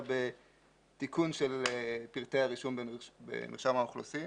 בתיקון של פרטי הרישום במרשם האוכלוסין,